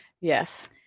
yes